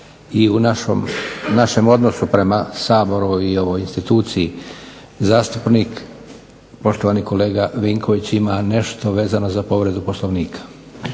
i u našem odnosu prema Saboru i ovoj instituciji. Zastupnik poštovani kolega Vinković ima nešto vezano za povredu Poslovnika.